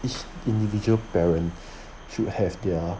each individual parent should have their